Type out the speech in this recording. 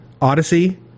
Odyssey